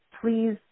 please